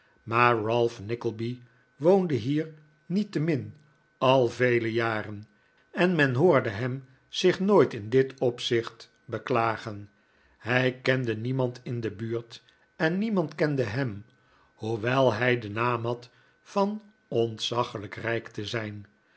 maar ralph nickleby woonde hier niettemin al vele jaren en men hoorde hem zich nooit in dit opzicht beklagen hij kende niemand in de buurt en niemand kende hem hoewel hij den naam had van ontzaglijk rijk te zijn